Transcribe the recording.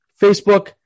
Facebook